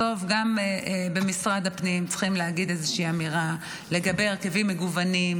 בסוף גם במשרד הפנים צריכים להגיד איזושהי אמירה לגבי הרכבים מגוונים,